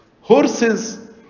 Horses